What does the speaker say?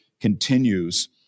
continues